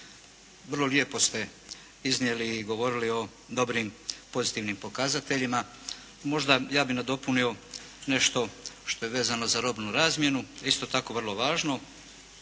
Vrlo lijepo ste iznijeli i govorili o dobrim i pozitivnim pokazateljima. Možda, ja bih nadopunio nešto što je vezano za robnu razmjenu, isto tako vrlo važno,